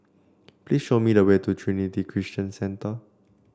please show me the way to Trinity Christian Centre